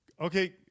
Okay